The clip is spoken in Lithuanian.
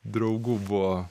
draugų buvo